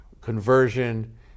conversion